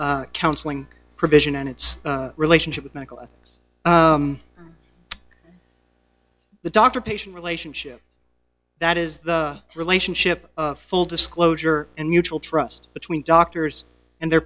counseling provision and its relationship with michael the doctor patient relationship that is the relationship full disclosure and mutual trust between doctors and their